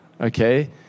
okay